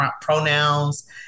pronouns